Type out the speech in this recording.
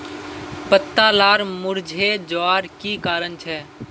पत्ता लार मुरझे जवार की कारण छे?